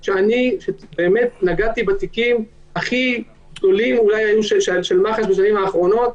נגעתי בתיקים הכי גדולים של מח"ש בשנים האחרונות.